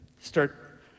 Start